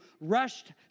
rushed